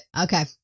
Okay